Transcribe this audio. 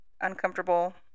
uncomfortable